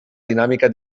dinàmica